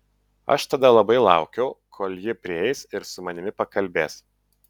aš tada labai laukiau kol ji prieis ir su manimi pakalbės